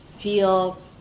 feel